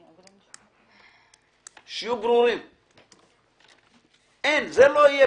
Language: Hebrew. זה לא יהיה.